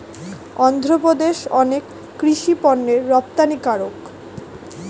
অন্ধ্রপ্রদেশ অনেক কৃষি পণ্যের রপ্তানিকারক